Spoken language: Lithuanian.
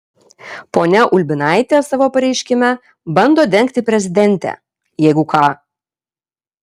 ponia ulbinaitė savo pareiškime bando dengti prezidentę jeigu ką